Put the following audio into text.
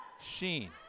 Sheen